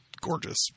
gorgeous